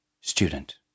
Student